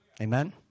Amen